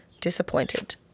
Disappointed